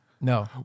No